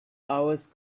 hours